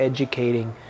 Educating